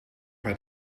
werd